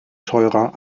teurer